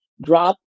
drop